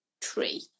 tree